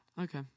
okay